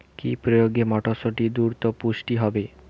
কি প্রয়োগে মটরসুটি দ্রুত পুষ্ট হবে?